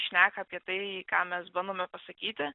šneka apie tai ką mes bandome pasakyti